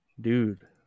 Dude